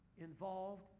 Involved